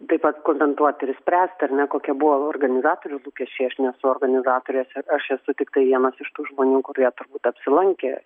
tai pat komentuot ir spręst ar ne kokie buvo organizatorių lūkesčiai aš nesu organizatorė aš esu tiktai vienas iš tų žmonių kurie turbūt apsilankė